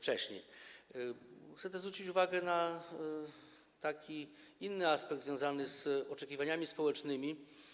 Chcę też zwrócić uwagę na inny aspekt związany z oczekiwaniami społecznymi.